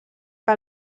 que